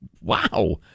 Wow